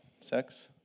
sex